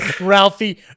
Ralphie